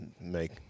make